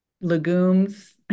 legumes